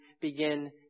begin